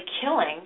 killing